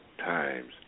times